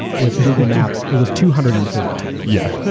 with google maps it was two hundred and forty two. yeah.